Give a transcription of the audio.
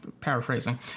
paraphrasing